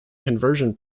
conversion